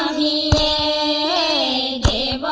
a